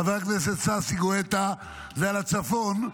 חבר הכנסת ששי גואטה, זה על הצפון,